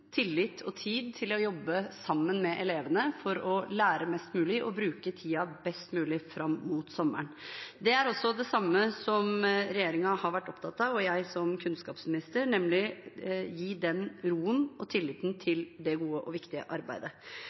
tillit og tid til å jobbe sammen med elevene, slik at de skal lære mest mulig og bruke tiden best mulig fram mot sommeren. Det er det samme som regjeringen og jeg som kunnskapsminister har vært opptatt av, nemlig å gi den roen og tilliten til det gode og viktige arbeidet.